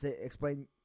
explain